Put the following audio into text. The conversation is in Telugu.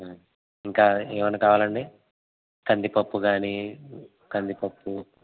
ఇంకా ఏమన్న కావలా అండి కందిపప్పు కానీ కందిపప్పు